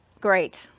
great